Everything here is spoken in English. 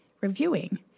reviewing